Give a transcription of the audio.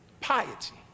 piety